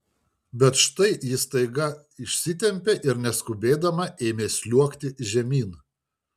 bet štai ji staiga išsitempė ir neskubėdama ėmė sliuogti žemyn